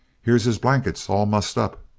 here's his blankets. all mussed up.